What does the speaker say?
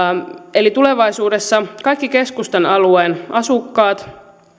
eli tulevaisuudessa kaikki keskustan alueen asukkaat